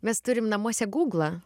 mes turim namuose gūglą